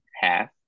half